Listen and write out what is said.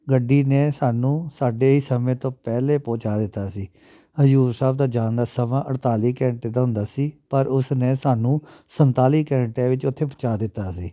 ਗੱਡੀ ਨੇ ਸਾਨੂੰ ਸਾਡੇ ਸਮੇਂ ਤੋਂ ਪਹਿਲੇ ਪਹੁੰਚਾ ਦਿੱਤਾ ਸੀ ਹਜ਼ੂਰ ਸਾਹਿਬ ਦਾ ਜਾਣ ਦਾ ਸਮਾਂ ਅਠਤਾਲੀ ਘੰਟੇ ਦਾ ਹੁੰਦਾ ਸੀ ਪਰ ਉਸ ਨੇ ਸਾਨੂੰ ਸੰਤਾਲੀ ਘੰਟਿਆਂ ਵਿੱਚ ਉੱਥੇ ਪਹੁੰਚਾ ਦਿੱਤਾ ਸੀ